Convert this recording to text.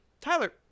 Tyler